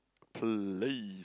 please